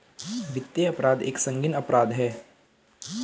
वित्तीय अपराध एक संगीन अपराध है